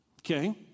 okay